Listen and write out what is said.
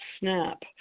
Snap